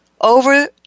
over